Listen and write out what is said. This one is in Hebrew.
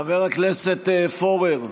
חבר הכנסת פורר,